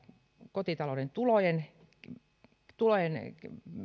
kotitalouden tulojen tulojen